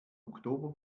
oktober